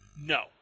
No